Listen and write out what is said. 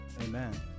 Amen